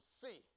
see